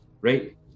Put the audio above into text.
right